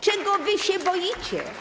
Czego wy się boicie?